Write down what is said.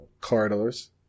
corridors